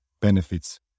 benefits